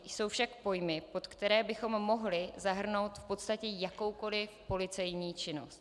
To jsou však pojmy, pod které bychom mohli zahrnout v podstatě jakoukoliv policejní činnost.